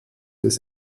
des